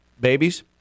babies